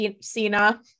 Cena